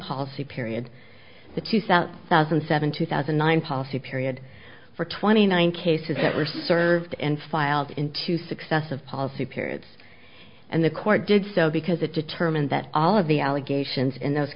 policy period the two south thousand and seven two thousand and nine policy period for twenty nine cases that were served and filed in two successive policy periods and the court did so because it determined that all of the allegations in those